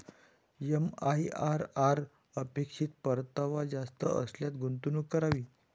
MIRR अपेक्षित परतावा जास्त असल्यास गुंतवणूक करावी